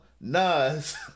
Nas